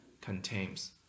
contains